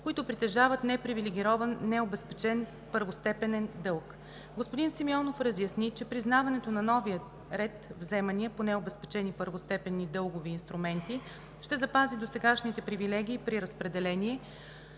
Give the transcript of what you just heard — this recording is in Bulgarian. които притежават непривилегирован необезпечен първостепенен дълг. Господин Симеонов разясни, че признаването на новия ред вземания по необезпечени първостепенни дългови инструменти ще запази досегашните привилегии при разпределение,